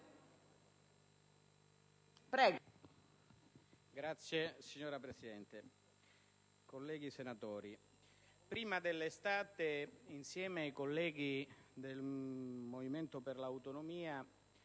Signora Presidente, colleghi senatori, prima dell'estate, insieme ai colleghi del Movimento per le Autonomie,